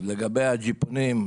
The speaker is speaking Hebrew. אז לגבי הג'יפונים,